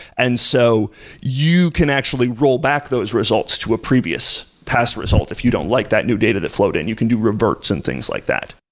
and so you can actually rollback those results to a previous past result if you don't like that new data that flowed in. you can do reverts and things like that.